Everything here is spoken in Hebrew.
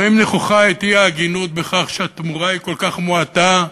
רואים נכוחה את אי-ההגינות בכל שהתמורה היא כל כך מועטה,